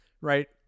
Right